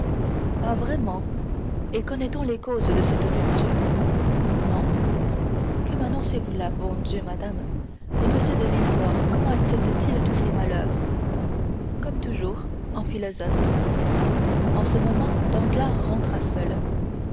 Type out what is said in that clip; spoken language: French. ah vraiment et connaît-on les causes de cette rupture non que mannoncez vous là bon dieu madame et m de villefort comment accepte t il tous ces malheurs comme toujours en philosophe en ce moment danglars rentra seul